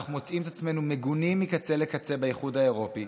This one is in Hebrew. אנחנו מוצאים את עצמנו מגונים מקצה לקצה באיחוד האירופי,